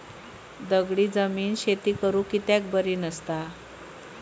दगडी जमीन शेती करुक कित्याक बरी नसता?